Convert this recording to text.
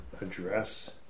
address